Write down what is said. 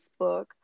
Facebook